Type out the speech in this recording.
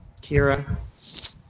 Kira